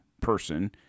person